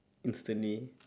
instantly